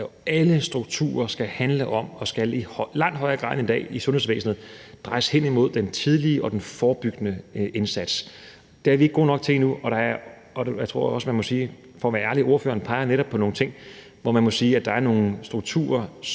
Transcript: sundhedsvæsenet skal handle om og i langt højere grad end i dag skal drejes hen imod den tidlige og den forebyggende indsats. Det er vi ikke gode nok til endnu, og jeg tror også, at man for at være ærlig må sige – og ordføreren peger netop på nogle ting – at der er nogle strukturer,